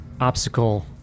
obstacle